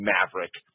Maverick